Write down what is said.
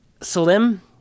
Salim